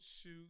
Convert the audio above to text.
shoot